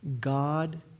God